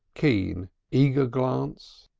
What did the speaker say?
keen, eager glance,